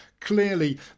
clearly